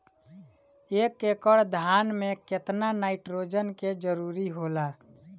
एक एकड़ धान मे केतना नाइट्रोजन के जरूरी होला?